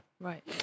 Right